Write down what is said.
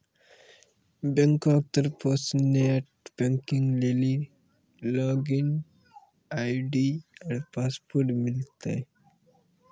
बैंको के तरफो से नेट बैंकिग लेली लागिन आई.डी आरु पासवर्ड मिलतै